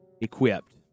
equipped